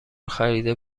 خریده